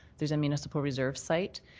there's a municipal reserve site.